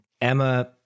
Emma